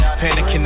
panicking